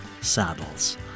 saddles